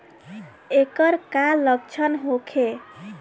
ऐकर का लक्षण होखे?